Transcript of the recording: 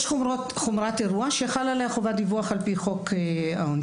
יש חומרת אירוע שחלה עליה חובת דיווח על-פי חוק העונשין.